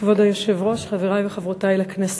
כבוד היושב-ראש, חברי וחברותי לכנסת,